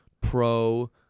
pro